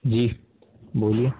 جی بولیے